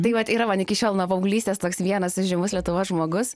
tai vat yra man iki šiol nuo paauglystės toks vienas įžymus lietuvos žmogus